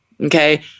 okay